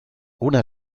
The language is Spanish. una